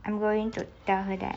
I'm going to tell her that